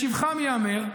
לשבחם ייאמר,